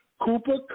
Cooper